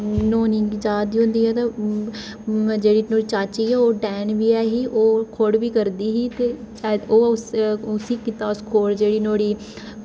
न्हौने गी जा दी होंदी ऐ ते जेह्ड़ी नुहाड़ी चाची ऐ ओह् डैन बी एह् ही ते खोड बी करदी ही ते ओह् उसी कीता खोड जेह्ड़ी नुहाड़ी कुड़ी ही बुआ कौड़ी